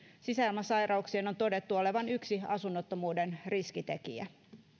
sisäilmasairauksien on todettu olevan yksi asunnottomuuden riskitekijä